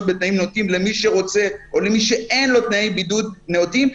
בתנאים נאותים למי שרוצה או למי שאין לו תנאי בידוד נאותים,